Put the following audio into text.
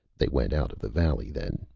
they went out of the valley then,